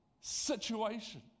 situation